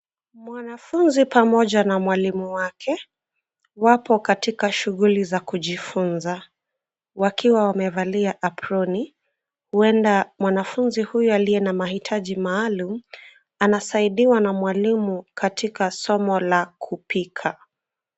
Mwanafunzi pamoja na mwalimu wake, wapo katika shughuli za kujifunza. Wakiwa wamevalia aproni, huenda mwanafunzi huyu aliye na mahitaji maalum, anasaidiwa na mwalimu katika somo la kupika .